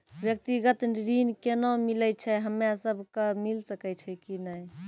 व्यक्तिगत ऋण केना मिलै छै, हम्मे सब कऽ मिल सकै छै कि नै?